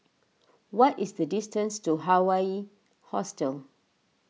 what is the distance to Hawaii Hostel